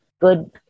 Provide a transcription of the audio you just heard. good